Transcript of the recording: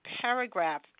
paragraph